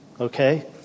Okay